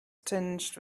tinged